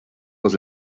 was